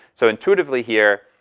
so intuitively here,